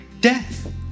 death